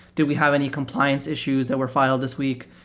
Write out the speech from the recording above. do we have any compliance issues that were filed this week?